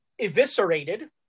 eviscerated